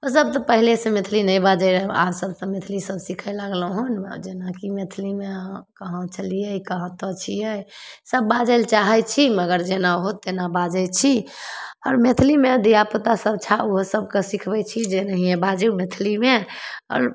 ओसभ तऽ पहिले से मैथिली नहि बाजै रहै अहाँसभ तऽ मैथिली सभ सिखै लागलै हन आओर जेनाकि मैथिलीमे अहाँ कहाँ छलिए कहाँ कतऽ छिए सभ बाजैलए चाहै छी मगर जेना होत तेना बाजै छी आओर मैथिलीमे धिआपुतासभ छै ओहोसभके सिखबै छी जे एनाहिए बाजू मैथिलीमे आओर